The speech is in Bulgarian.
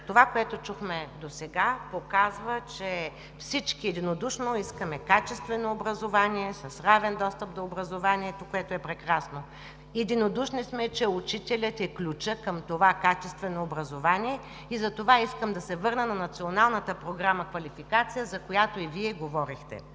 Това, което чухме досега, показва, че всички единодушно искаме качествено образование, с равен достъп до образованието, което е прекрасно. Единодушни сме, че учителят е ключът към това качествено образование и затова искам да се върна на Националната програма „Квалификация“, за която и Вие говорехте.